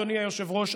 אדוני היושב-ראש,